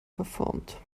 verformt